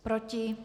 Proti?